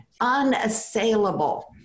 unassailable